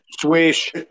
Swish